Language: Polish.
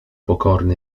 pokorny